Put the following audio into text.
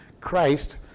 Christ